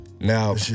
Now